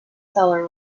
seller